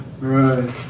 Right